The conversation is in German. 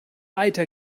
eiter